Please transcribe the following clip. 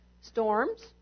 storms